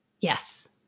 Yes